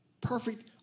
Perfect